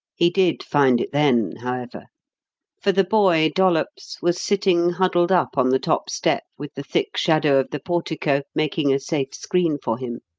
he did find it then, however for the boy, dollops, was sitting huddled up on the top step with the thick shadow of the portico making a safe screen for him.